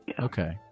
Okay